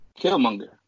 Killmonger